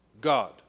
God